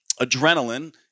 adrenaline